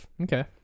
okay